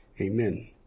Amen